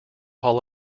hall